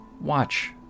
watch